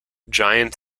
giant